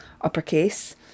uppercase